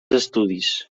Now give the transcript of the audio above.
estudis